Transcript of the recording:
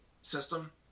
system